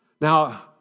Now